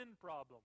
problem